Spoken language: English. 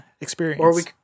experience